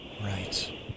Right